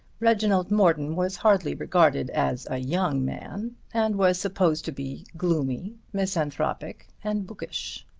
reginald morton was hardly regarded as a young man, and was supposed to be gloomy, misanthropic, and bookish.